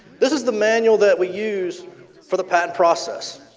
this is the menu that we use for the patent process.